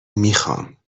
میخوام